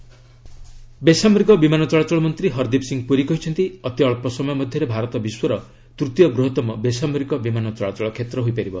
ହରଦୀପ ପୁରୀ ବେସାମରିକ ବିମାନ ଚଳାଚଳ ମନ୍ତ୍ରୀ ହରଦୀପ୍ ସିଂହ ପୁରୀ କହିଛନ୍ତି ଅତି ଅଳ୍ପ ସମୟ ମଧ୍ୟରେ ଭାରତ ବିଶ୍ୱର ତୂତୀୟ ବୃହତମ ବେସାମରିକ ବିମାନ ଚଳାଚଳ କ୍ଷେତ୍ର ହୋଇପାରିବ